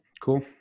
Cool